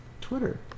Twitter